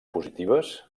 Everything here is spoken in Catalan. positives